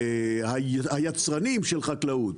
שהיצרנים של חקלאות,